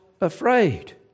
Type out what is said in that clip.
afraid